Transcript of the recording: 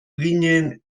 ginen